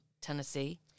Tennessee